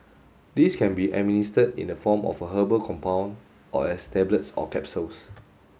these can be administered in the form of a herbal compound or as tablets or capsules